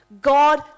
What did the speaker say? God